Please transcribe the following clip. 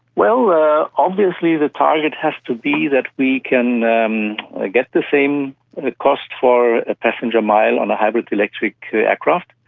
well obviously the target has to be that we can um ah get the same cost for a passenger mile on a hybrid electric aircraft.